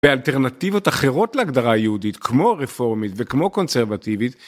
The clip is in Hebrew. באלטרנטיבות אחרות להגדרה יהודית כמו רפורמית וכמו קונסרבטיבית